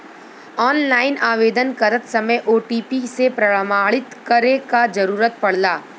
online आवेदन करत समय ओ.टी.पी से प्रमाणित करे क जरुरत पड़ला